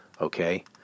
okay